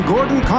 Gordon